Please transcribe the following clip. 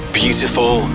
beautiful